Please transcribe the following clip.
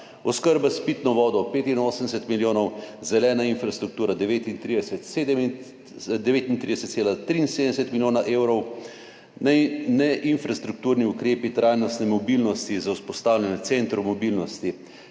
oskrbi s pitno vodo 85 milijonov, zeleni infrastrukturi 39,73 milijona evrov, infrastrukturnim ukrepom trajnostne mobilnosti za vzpostavljanje centrov mobilnosti